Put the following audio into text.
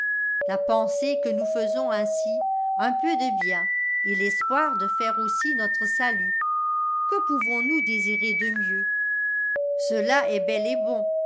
la pensée que nous faisons ainsi un peu de bien et l'espoir de faire aussi notre salut que pouvons-nous désirer de mieux gela est bel et bon